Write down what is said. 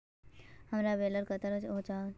हमार बैलेंस कतला छेबताउ?